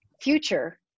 future